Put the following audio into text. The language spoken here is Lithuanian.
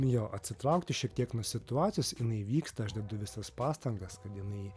jo atsitraukti šiek tiek nuo situacijos jinai vyksta aš dedu visas pastangas kad jinai